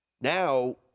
Now